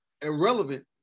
irrelevant